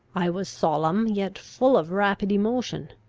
i was solemn, yet full of rapid emotion,